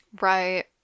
Right